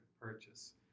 purchase